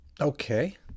Okay